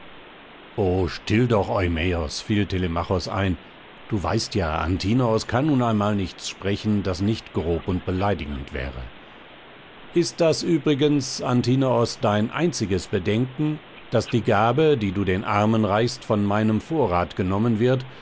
still doch eumäos fiel telemachos ein du weißt ja antinoos kann nun einmal nichts sprechen das nicht grob und beleidigend wäre ist das übrigens antinoos dein einziges bedenken daß die gabe die du den armen reichst von meinem vorrat genommen wird